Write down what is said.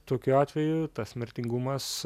tokiu atveju tas mirtingumas